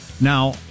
Now